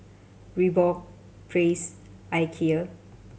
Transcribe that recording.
Reebok Praise Ikea